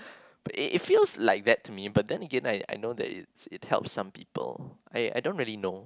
it feels like like that to me but then Again I I know that it helps some people